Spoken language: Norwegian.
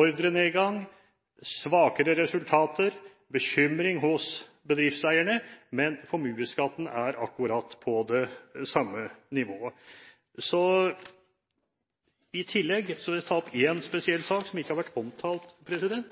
ordrenedgang, svakere resultater, bekymring hos bedriftseierne – men formuesskatten er akkurat på det samme nivået. I tillegg vil jeg ta opp en spesiell sak, som